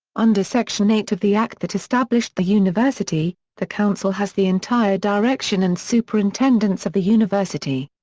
under section eight of the act that established the university, the council has the entire direction and superintendence of the university.